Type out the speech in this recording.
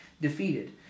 defeated